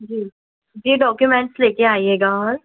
जी जी डॉक्युमेंट्स लेकर आइएगा और